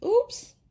Oops